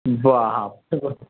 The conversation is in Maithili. बाप रे बा